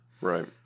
Right